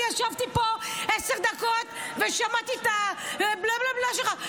אני ישבתי פה עשר דקות ושמעתי את הבלה-בלה-בלה שלך,